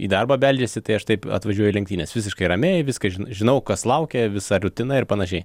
į darbą beldžiasi tai aš taip atvažiuoju į lenktynes visiškai ramiai viską žin žinau kas laukia visa rutina ir panašiai